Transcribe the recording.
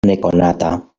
nekonata